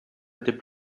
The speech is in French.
étaient